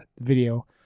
video